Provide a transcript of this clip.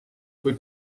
kui